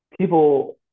people